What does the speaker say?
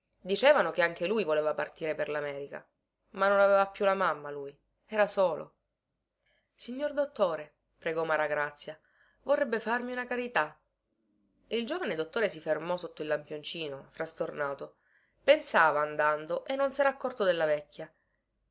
dicevano che anche lui voleva partire per lamerica ma non aveva più la mamma lui era solo signor dottore pregò maragrazia vorrebbe farmi una carità il giovane dottore si fermò sotto il lampioncino frastornato pensava andando e non sera accorto della vecchia